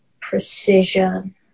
precision